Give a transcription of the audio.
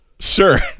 Sure